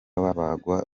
babagwa